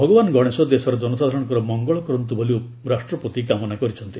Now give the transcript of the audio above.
ଭଗବାନ ଗଣେଶ ଦେଶର ଜନସାଧାରଣଙ୍କର ମଙ୍ଗଳ କରନ୍ତୁ ବୋଲି ରାଷ୍ଟ୍ରପତି କାମନା କରିଛନ୍ତି